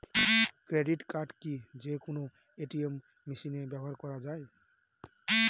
Credit card কি যে কোনো এ.টি.এম মেশিনে ব্যবহার করা য়ায়?